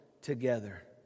together